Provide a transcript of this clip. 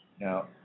now